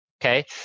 okay